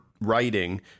writing